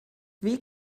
wie